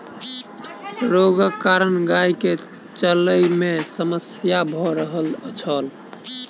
रोगक कारण गाय के चलै में समस्या भ रहल छल